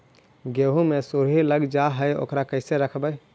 गेहू मे सुरही लग जाय है ओकरा कैसे रखबइ?